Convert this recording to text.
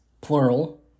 plural